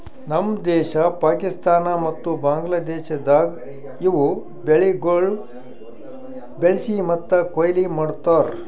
ನಮ್ ದೇಶ, ಪಾಕಿಸ್ತಾನ ಮತ್ತ ಬಾಂಗ್ಲಾದೇಶದಾಗ್ ಇವು ಬೆಳಿಗೊಳ್ ಬೆಳಿಸಿ ಮತ್ತ ಕೊಯ್ಲಿ ಮಾಡ್ತಾರ್